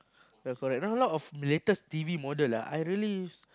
yea correct now a lot of latest T_V model ah I really